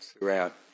throughout